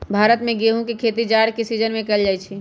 भारत में गेहूम के खेती जाड़ के सिजिन में कएल जाइ छइ